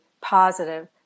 positive